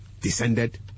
descended